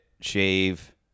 shave